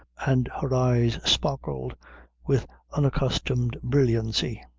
and her eyes sparkled with unaccustomed brilliancy.